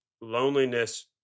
loneliness